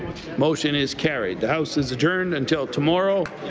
motion is carried. the house is adjourned until tomorrow